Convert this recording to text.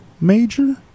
major